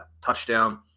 touchdown